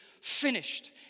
finished